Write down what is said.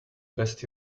best